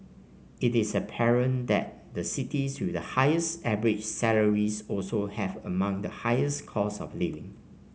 it is apparent that the cities with the highest average salaries also have among the highest costs of living